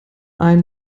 ein